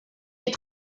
est